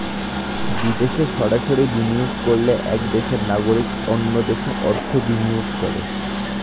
বিদেশে সরাসরি বিনিয়োগ করলে এক দেশের নাগরিক অন্য দেশে অর্থ বিনিয়োগ করে